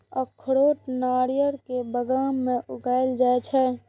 अखरोट नारियल के बगान मे उगाएल जाइ छै